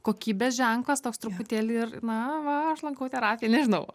kokybės ženklas toks truputėlį ir na va aš lankau terapiją nežinau